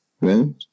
right